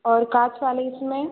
और कांच वाले इसमें